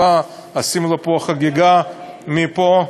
עושים לו חגיגה מפה,